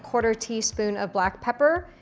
quarter-teaspoon of black pepper,